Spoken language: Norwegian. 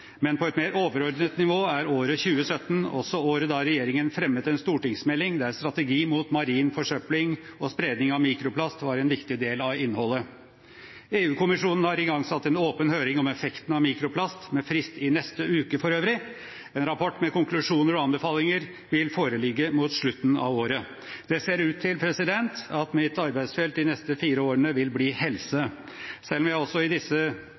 men på et mer overordnet nivå er året 2017 også året da regjeringen fremmet en stortingsmelding der strategi mot marin forsøpling og spredning av mikroplast var en viktig del av innholdet. EU-kommisjonen har igangsatt en åpen høring om effekten av mikroplast – for øvrig med frist i neste uke. En rapport med konklusjoner og anbefalinger vil foreligge mot slutten av året. Det ser ut til at mitt arbeidsfelt de neste fire årene vil bli helse. Selv om jeg også i disse